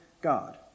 God